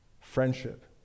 friendship